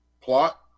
plot